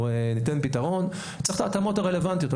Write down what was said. צריך את ההתאמות הרלוונטיות.